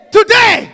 Today